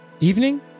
evening